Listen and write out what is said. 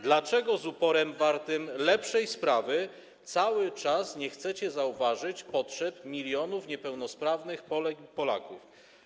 Dlaczego z uporem wartym lepszej sprawy cały czas nie chcecie zauważyć potrzeb milionów niepełnosprawnych Polek i Polaków?